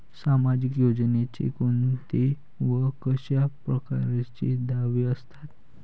सामाजिक योजनेचे कोंते व कशा परकारचे दावे असतात?